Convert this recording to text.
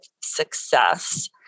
success